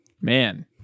man